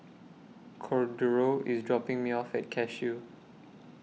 Cordero IS dropping Me off At Cashew